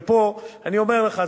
ופה אני אומר לך,